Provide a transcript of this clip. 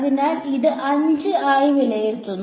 അതിനാൽ ഇത് 5 ആയി വിലയിരുത്തുന്നു